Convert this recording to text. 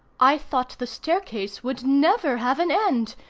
i thought the staircase would never have an end.